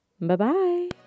bye-bye